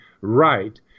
right